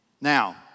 Now